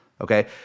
okay